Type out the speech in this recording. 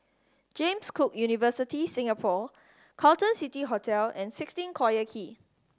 James Cook University Singapore Carlton City Hotel and sixteen Collyer Quay